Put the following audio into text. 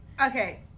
Okay